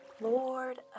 lord